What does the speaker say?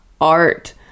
art